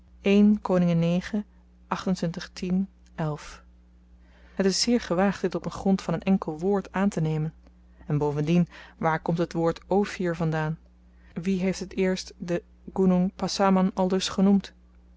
het is zeer gewaagd dit op grond van n enkel woord aantenemen en bovendien waar komt het woord ophir vandaan wie heeft het eerst den g passaman aldus genoemd